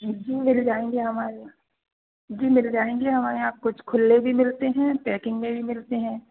जी मिल जाएँगे हमारे यहाँ जी मिल जाएँगे हमारे यहाँ कुछ खुल्ले भी मिलते हैं पैकिंग में भी मिलते हैं